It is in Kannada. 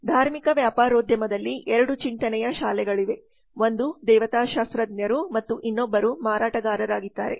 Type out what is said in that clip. ಧಾರ್ಮಿಕ ವ್ಯಾಪಾರೋದ್ಯಮದಲ್ಲಿ 2 ಚಿಂತನೆಯ ಶಾಲೆಗಳಿವೆ ಒಂದು ದೇವತಾಶಾಸ್ತ್ರಜ್ಞರು ಮತ್ತು ಇನ್ನೊಬ್ಬರು ಮಾರಾಟಗಾರರಾಗಿದ್ದಾರೆ